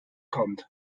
kommt